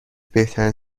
بهترین